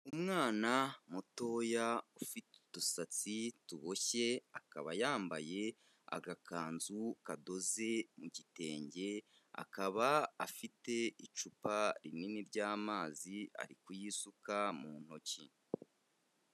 Umwana mutoya ufite udusatsi tuboshye, akaba yambaye agakanzu kadoze mu gitenge, akaba afite icupa rinini ry'amazi ari kuyisuka mu ntoki.